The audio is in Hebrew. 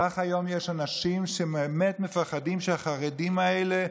כך היום יש אנשים שבאמת מפחדים שהחרדים האלה,